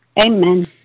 Amen